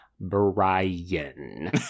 brian